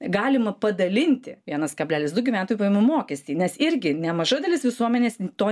galima padalinti vienas kablelis du gyventojų pajamų mokestį nes irgi nemaža dalis visuomenės to